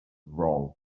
wrong